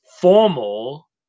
formal